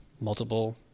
multiple